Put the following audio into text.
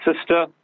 sister